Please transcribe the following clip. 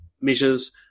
measures